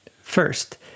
First